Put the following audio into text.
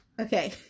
Okay